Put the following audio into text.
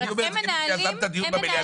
אני אומר כמי שיזם את הדיון במליאה.